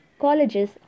colleges